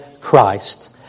Christ